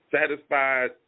satisfied